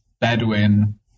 Bedouin